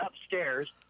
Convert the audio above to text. upstairs